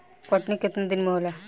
कटनी केतना दिन में होला?